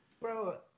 Bro